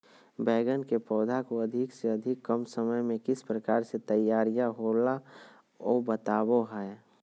बैगन के पौधा को अधिक से अधिक कम समय में किस प्रकार से तैयारियां होला औ बताबो है?